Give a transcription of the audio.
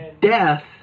death